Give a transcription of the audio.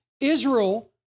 Israel